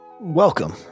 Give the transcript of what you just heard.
Welcome